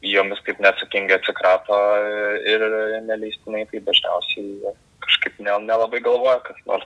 jomis taip neatsakingai atsikrato ir neleistinai tai dažniausiai jie kažkaip ne nelabai galvoja kas nors